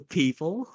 people